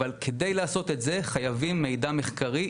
אבל כדי לעשות את זה חייבים מידע מחקרי,